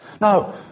Now